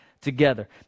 together